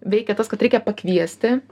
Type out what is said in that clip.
veikia tas kad reikia pakviesti